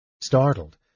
Startled